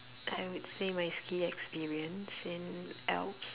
I would say my ski experience in alps